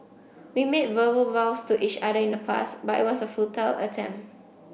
we made verbal vows to each other in the past but it was a futile attempt